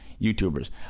youtubers